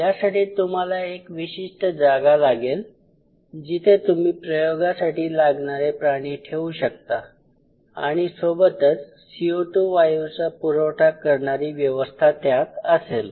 यासाठी तुम्हाला एक विशिष्ट जागा लागेल जिथे तुम्ही प्रयोगासाठी लागणारे प्राणी ठेऊ शकता आणि सोबतच CO2 वायूचा पुरवठा करणारी व्यवस्था त्यात असेल